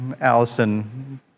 Allison